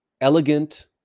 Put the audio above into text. elegant